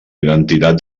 identitat